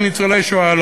של ניצולי השואה,